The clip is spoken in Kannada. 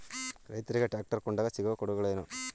ರೈತರಿಗೆ ಟ್ರಾಕ್ಟರ್ ಕೊಂಡಾಗ ಸಿಗುವ ಕೊಡುಗೆಗಳೇನು?